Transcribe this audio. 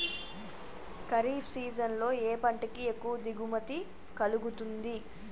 Kharif season లో ఏ పంట కి ఎక్కువ దిగుమతి కలుగుతుంది?